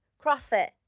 CrossFit